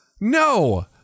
No